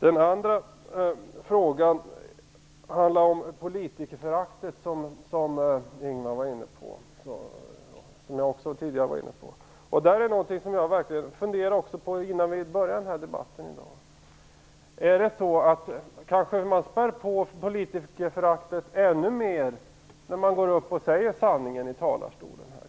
Den andra frågan som Ingvar Johnsson tog upp handlar om politikerföraktet, något som också jag tidigare var inne på. Det är någonting som jag verkligen har funderat på innan vi började debatten här i dag. Kanske man spär på politikerföraktet ännu mer när man går upp och säger sanningen i talarstolen.